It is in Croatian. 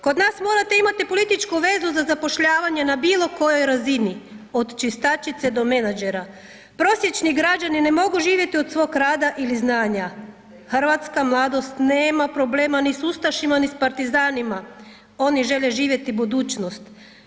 Kod nas morate imati političku vezu za zapošljavanje na bilo kojoj razini, od čistačice do menadžera, prosječni građani ne mogu živjeti od svoga rada ili znanja, hrvatska mladost nema problema ni s ustašima, ni s partizanima, oni žele živjeti budućnost.